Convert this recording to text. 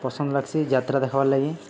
ପସନ୍ଦ୍ ଲାଗ୍ସି ଯାତ୍ରା ଦେଖବାର୍ ଲାଗି